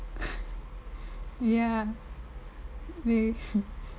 ya